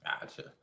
gotcha